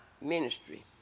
ministry